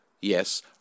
yes